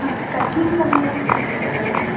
हा कस्मिन् समये कर्तुं शक्यते